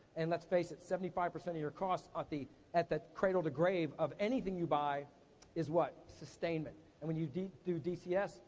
and let's face it, seventy five percent of your costs at the at the cradle to grave of anything you buy is what? sustainment. and when you d through dcs,